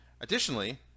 additionally